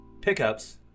pickups